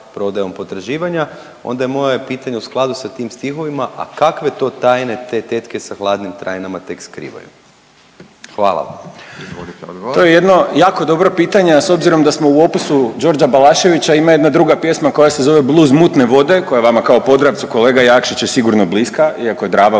prodajom potraživanja onda je moje pitanje u skladu sa tim stihovima, a kakve to tajne te teke sa hladnim trajnama tek skrivaju. Hvala. **Radin, Furio (Nezavisni)** Izvolite odgovor. **Glavašević, Bojan (Nezavisni)** To je jedno jako dobro pitanje, a s obzirom da smo u opusu Đorđa Balaševića ima jedna druga pjesma koja se zove Bluz mutne vode koja vama kao Podravcu kolega Jakšić je sigurno bliska iako je Drava